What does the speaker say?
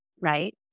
Right